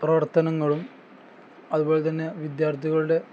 പ്രവർത്തനങ്ങളും അതുപോലെ തന്നെ വിദ്യാർത്ഥികളുടെ